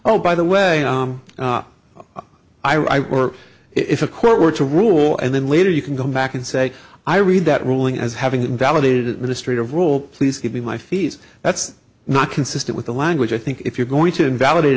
oh by the way i were if a court were to rule and then later you can go back and say i read that ruling as having invalidated administrative rule please give me my fees that's not consistent with the language i think if you're going to invalidate